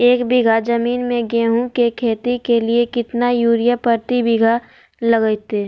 एक बिघा जमीन में गेहूं के खेती के लिए कितना यूरिया प्रति बीघा लगतय?